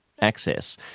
access